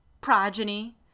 progeny